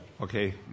okay